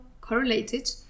correlated